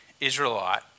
Israelite